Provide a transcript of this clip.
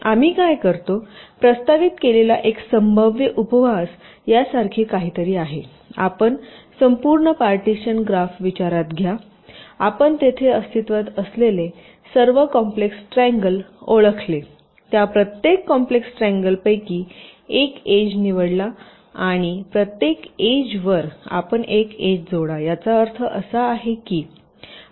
तर आम्ही काय करतो प्रस्तावित केलेला एक संभाव्य उपहास यासारखे काहीतरी आहे आपण संपूर्ण पार्टिशन ग्राफ विचारात घ्या आपण तेथे अस्तित्त्वात असलेले सर्व कॉम्प्लेक्स ट्रिअगल ओळखले त्या प्रत्येक कॉम्प्लेक्स ट्रिअगल पैकी एक एज निवडला आणि प्रत्येक एजवर आपण एक एज जोडायाचा अर्थ असा आहे की हे असे आहे